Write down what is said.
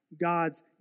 God's